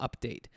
update